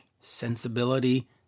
sensibility